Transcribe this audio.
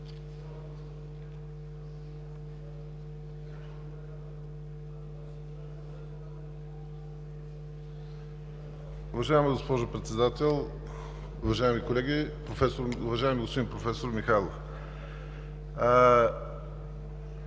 Уважаеми господин Председател, уважаеми колеги, уважаеми професор Михайлов!